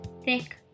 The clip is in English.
thick